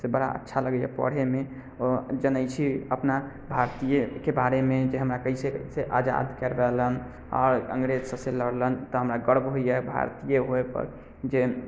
से बड़ा अच्छा लगैए पढ़ैमे ओ जनै छी अपना भारतीयके बारेमे जे हमरा कैसे कैसे आजाद करबेलनि आओर अंग्रेज सबसँ लड़लनि तऽ हमरा गर्व होइए भारतीय होइपर जे